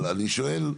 אבל אני שואל.